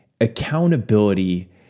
accountability